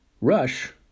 Rush